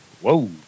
Whoa